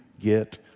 get